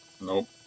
Nope